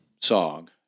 song